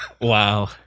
Wow